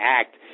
Act